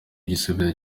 igisubizo